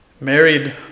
married